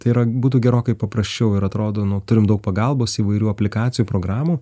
tai yra būtų gerokai paprasčiau ir atrodo nu turim daug pagalbos įvairių aplikacijų programų